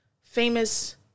famous